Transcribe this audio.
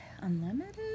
Unlimited